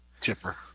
Chipper